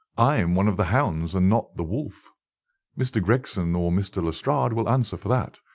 i am one of the hounds and not the wolf mr. gregson or mr. lestrade will answer for that.